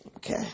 Okay